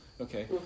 Okay